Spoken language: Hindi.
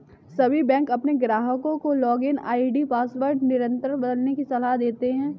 सभी बैंक अपने ग्राहकों को लॉगिन आई.डी पासवर्ड निरंतर बदलने की सलाह देते हैं